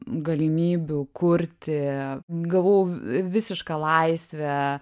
galimybių kurti gavau visišką laisvę